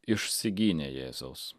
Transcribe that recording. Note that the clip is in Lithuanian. išsigynė jėzaus